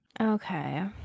Okay